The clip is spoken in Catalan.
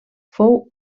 fou